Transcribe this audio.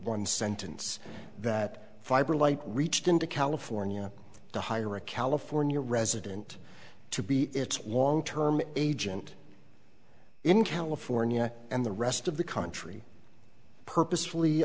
one sentence that fiber light reached in to california to hire a california resident to be its wong term agent in california and the rest of the country purpose